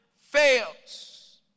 fails